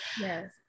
yes